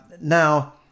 now